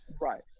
Right